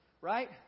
right